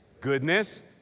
goodness